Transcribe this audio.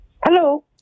Hello